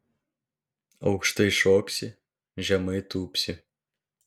aukštai šoksi žemai tūpsi